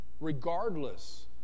Regardless